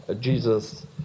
Jesus